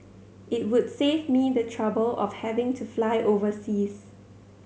it would save me the trouble of having to fly overseas